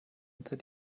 unter